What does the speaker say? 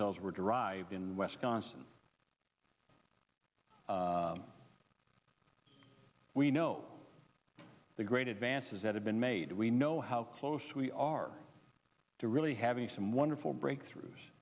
cells were derived in west constant we know the great advances that have been made we know how close we are to really having some wonderful breakthroughs